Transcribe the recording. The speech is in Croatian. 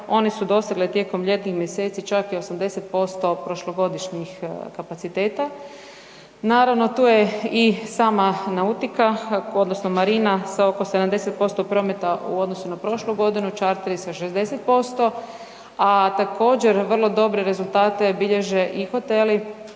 one su dosegle tijekom ljetnih mjeseci čak i 80% prošlogodišnjih kapaciteta. Naravno tu je i sama nautika odnosno marina sa oko 70% prometa u odnosu na prošlu godinu, čarteri sa 60%, a također vrlo dobre rezultate bilježe i hoteli